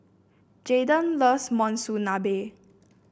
Jaiden loves Monsunabe